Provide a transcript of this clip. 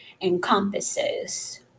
encompasses